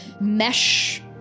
mesh